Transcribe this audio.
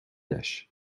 leis